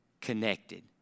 connected